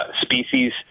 species